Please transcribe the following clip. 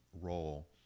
role